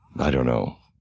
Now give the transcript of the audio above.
i don't know,